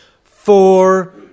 Four